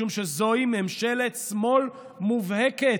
משום שזוהי ממשלת שמאל מובהקת.